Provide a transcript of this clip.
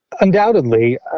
Undoubtedly